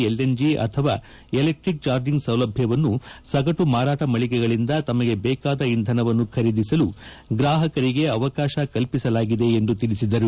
LNG ಅಥವಾ electric charging ಸೌಲಭ್ಯವನ್ನು ಸಗಣು ಮಾರಾಣ ಮಳಿಗೆಗಳಿಂದ ತಮಗೆ ಬೇಕಾದ ಇಂಧನವನ್ನು ಖರೀದಿಸಲು ಗ್ರಾಹಕರಿಗೆ ಅವಕಾಶ ಕಲ್ಪಿಸಲಾಗಿದೆ ಎಂದು ತಿಳಿಸಿದರು